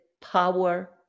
power